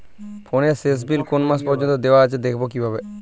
ফোনের শেষ বিল কোন মাস পর্যন্ত দেওয়া আছে দেখবো কিভাবে?